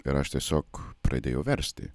ir aš tiesiog pradėjau versti